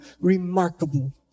Remarkable